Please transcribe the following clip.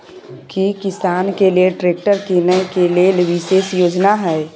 की किसान के लेल ट्रैक्टर कीनय के लेल विशेष योजना हय?